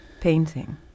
painting